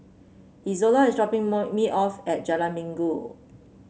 Izola is dropping me off at Jalan Minggu